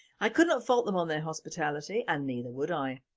i could not fault them on their hospitality and neither would i.